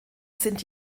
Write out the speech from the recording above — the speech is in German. sind